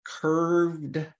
curved